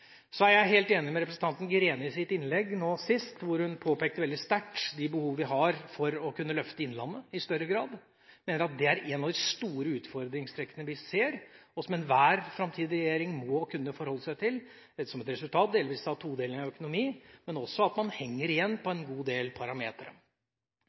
Så er jeg helt enig med representanten Greni når hun i sitt innlegg nå sist påpekte veldig sterkt de behovene vi har for i større grad å kunne løfte innlandet. Jeg mener at det er et av de store utfordringstrekkene vi ser, og som enhver framtidig regjering må kunne forholde seg til – delvis som et resultat, delvis ved å ha todeling av økonomi – men også det at man henger